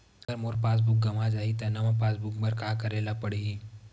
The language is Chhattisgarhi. अगर मोर पास बुक गवां जाहि त नवा पास बुक बर का करे ल पड़हि?